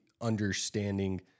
understanding